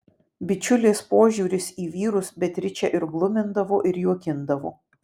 bičiulės požiūris į vyrus beatričę ir glumindavo ir juokindavo